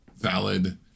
valid